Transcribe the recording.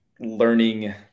learning